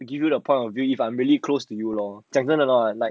you give you the point of view if I'm really close to you lor 讲真的 lor